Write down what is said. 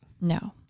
No